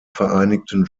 vereinigten